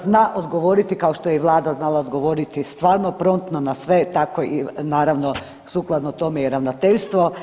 Zna odgovoriti kao što je i Vlada znala odgovoriti stvarno promptno na sve, tako naravno sukladno tome i ravnateljstvo.